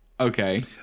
Okay